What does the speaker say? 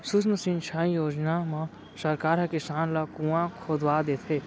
सुक्ष्म सिंचई योजना म सरकार ह किसान ल कुँआ खोदवा देथे